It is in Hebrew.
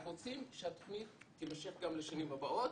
אלא אנחנו רוצים שהתוכנית תימשך גם לשנים הבאות